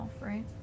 right